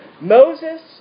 Moses